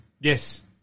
Yes